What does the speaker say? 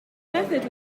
method